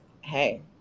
Hey